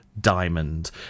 Diamond